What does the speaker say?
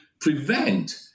prevent